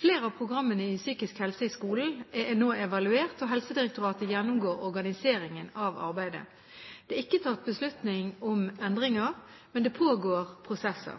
Flere av programmene i Psykisk helse i skolen er nå evaluert, og Helsedirektoratet gjennomgår organiseringen av arbeidet. Det er ikke tatt beslutning om endringer, men det pågår prosesser.